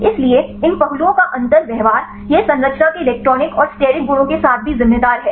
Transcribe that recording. इसलिए इन पहलुओं का अंतर व्यवहार यह संरचना के इलेक्ट्रॉनिक और स्टेरिक गुणों के साथ भी जिम्मेदार है